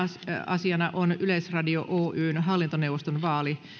asiana on yleisradio oyn hallintoneuvoston vaali